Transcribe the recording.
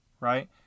Right